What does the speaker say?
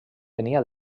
venia